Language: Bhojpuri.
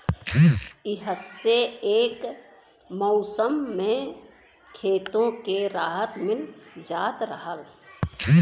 इह्से एक मउसम मे खेतो के राहत मिल जात रहल